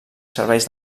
serveix